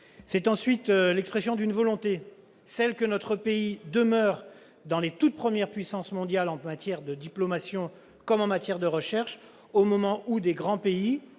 est ensuite l'expression d'une volonté, celle que notre pays demeure dans les toutes premières puissances mondiales en matière de diplomation, comme en matière de recherche, au moment où de grands pays